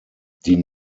die